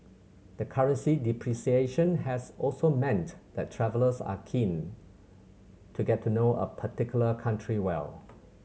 the currency depreciation has also meant that travellers are keen to get to know a particular country well